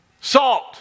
Salt